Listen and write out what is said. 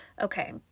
Okay